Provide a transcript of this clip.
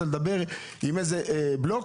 עם איזה בלוק.